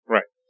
Right